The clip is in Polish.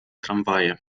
tramwaje